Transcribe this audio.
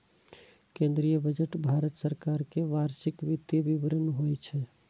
केंद्रीय बजट भारत सरकार के वार्षिक वित्तीय विवरण होइ छै